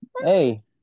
Hey